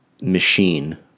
machine